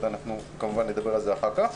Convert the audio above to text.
אנחנו כמובן נדבר על זה אחר כך.